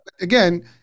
again